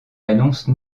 annonce